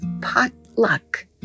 potluck